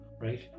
Right